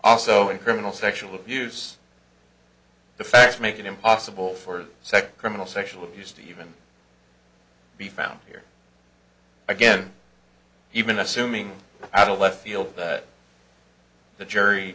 also in criminal sexual abuse the facts make it impossible for second criminal sexual abuse to even be found here again even assuming that a left field that the jury